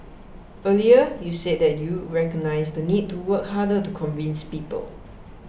earlier you said that you recognise the need to work harder to convince people